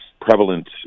Prevalent